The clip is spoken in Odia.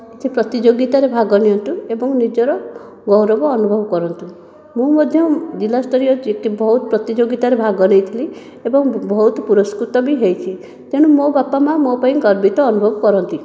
କିଛି ପ୍ରତିଯୋଗିତାରେ ଭାଗ ନିଅନ୍ତୁ ଏବଂ ନିଜର ଗୌରବ ଅନୁଭବ କରନ୍ତୁ ମୁଁ ମଧ୍ୟ ଜିଲ୍ଲା ସ୍ତରୀୟ ବହୁତ ପ୍ରତିଯୋଗିତା ରେ ଭାଗ ନେଇଥିଲି ଏବଂ ବହୁତ ପୁରସ୍କୃତ ବି ହୋଇଛି ତେଣୁ ମୋ ବାପା ମା' ମୋ ପାଇଁ ଗର୍ବିତ ଅନୁଭବ କରନ୍ତି